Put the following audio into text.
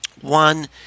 One